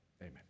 Amen